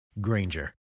Granger